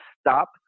stop